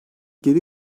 geri